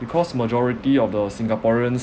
because majority of the singaporeans